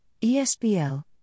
ESBL